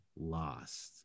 lost